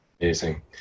Amazing